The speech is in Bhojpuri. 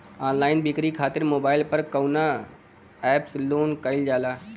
ऑनलाइन बिक्री खातिर मोबाइल पर कवना एप्स लोन कईल जाला?